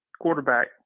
quarterback